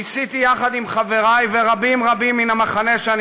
ניסיתי יחד עם חברי ורבים-רבים מן המחנה שאני